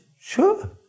sure